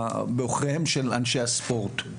בעוכריהם של אנשי הספורט.